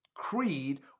Creed